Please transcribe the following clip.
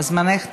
זמנך תם.